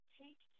take